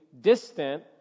distant